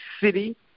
City